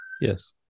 Yes